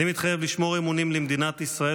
אני מתחייב לשמור אמונים למדינת ישראל